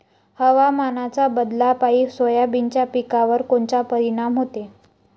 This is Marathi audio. हवामान बदलापायी सोयाबीनच्या पिकावर कोनचा परिणाम होते?